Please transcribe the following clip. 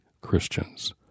Christians